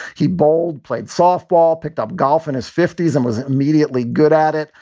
he bowled, played softball, picked up golf in his fifties and was immediately good at it.